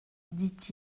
dit